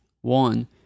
One